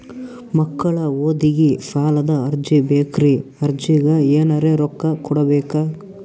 ಮಕ್ಕಳ ಓದಿಗಿ ಸಾಲದ ಅರ್ಜಿ ಬೇಕ್ರಿ ಅರ್ಜಿಗ ಎನರೆ ರೊಕ್ಕ ಕೊಡಬೇಕಾ?